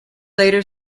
later